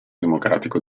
democratico